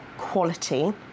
quality